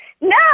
No